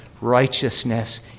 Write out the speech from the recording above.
righteousness